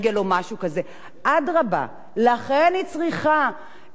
לכן היא צריכה לדאוג לכך שהתנאים הבסיסיים,